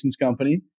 company